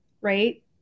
right